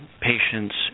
patients